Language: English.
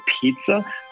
pizza